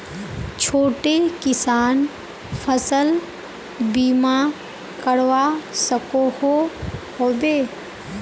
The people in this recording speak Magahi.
छोटो किसान फसल बीमा करवा सकोहो होबे?